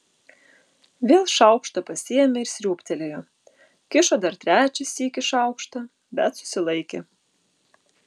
vėl šaukštą pasiėmė ir sriūbtelėjo kišo dar trečią sykį šaukštą bet susilaikė